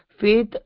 faith